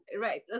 right